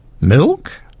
milk